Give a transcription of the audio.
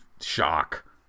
shock